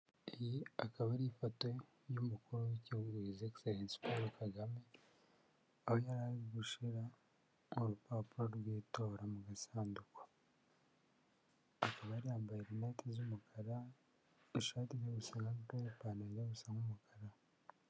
Iyi akaba ari ifoto y'umukuru w'igihugu Hizi Egiselensi Paul Kagame, aho yari ari gushyira urupapuro rw'itora mu gasanduku, akaba yambaye rinete z'umukara, ishati ijya gusa na burake, ipantaro gusa n'umukara.